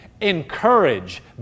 Encourage